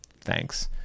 thanks